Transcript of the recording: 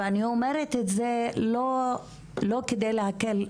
ואני אומרת את זה לא כדי להקל.